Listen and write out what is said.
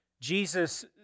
Jesus